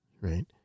right